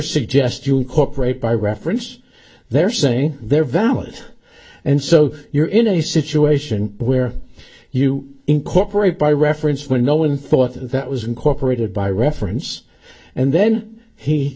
suggest you don't cooperate by reference they're saying they're valid and so you're in a situation where you incorporate by reference when no one thought that was incorporated by reference and then he